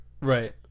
Right